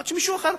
עד שמישהו אחר,